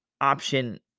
option